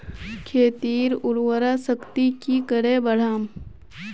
खेतीर उर्वरा शक्ति की करे बढ़ाम?